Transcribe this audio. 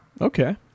Okay